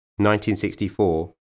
1964